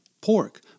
pork